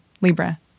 Libra